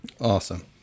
Awesome